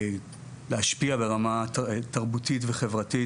להשפיע ברמה תרבותית וחברתית,